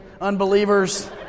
unbelievers